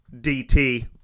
dt